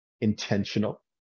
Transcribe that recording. intentional